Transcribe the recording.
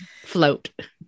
float